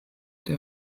der